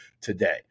today